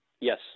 yes